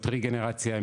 טריגנרציות,